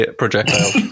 projectile